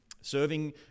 serving